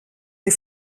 les